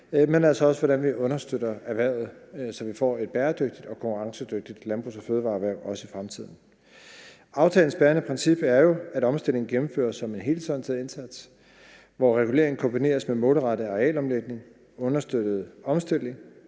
også hvordan vi understøtter erhvervet, så vi får et bæredygtigt og konkurrencedygtigt landbrugs- og fødevareerhverv også i fremtiden. Aftalens bærende princip er jo, at omstillingen gennemføres som en helhedsorienteret indsats, hvor regulering kombineres med målrettet arealomlægning, understøttet omstilling